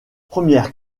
première